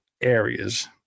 areas